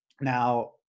Now